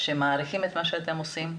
שמעריכים את מה שאתם עושים.